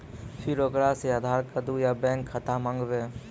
फिर ओकरा से आधार कद्दू या बैंक खाता माँगबै?